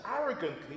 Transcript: arrogantly